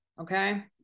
okay